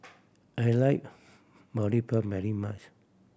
I like Boribap very much